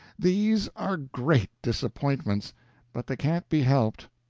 these are great disappointments but they can't be helped.